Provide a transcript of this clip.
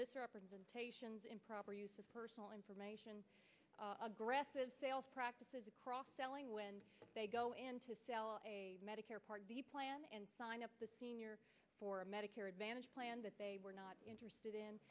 misrepresentations improper use of personal information aggressive sales practices across telling when they go in to sell a medicare part of the plan and sign up the senior for a medicare advantage plan but they were not interested in